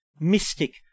mystic